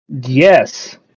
Yes